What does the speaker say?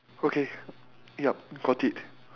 okay yup got it